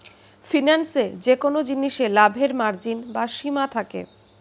ফিন্যান্সে যেকোন জিনিসে লাভের মার্জিন বা সীমা থাকে